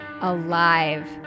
alive